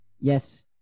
Yes